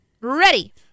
Ready